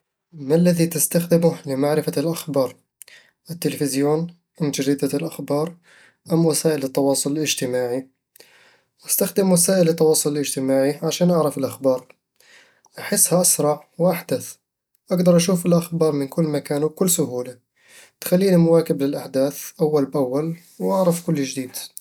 ما الذي تستخدمه لمعرفة الأخبار؟ التليفزيون، أم جريدة الأخبار، أم وسائل التواصل الاجتماعي؟ أستخدم وسائل التواصل الاجتماعي عشان أعرف الأخبار أحسها أسرع وأحدث، أقدر أشوف الأخبار من كل مكان وبكل سهولة تخليني مواكب للأحداث أول بأول وأعرف كل جديد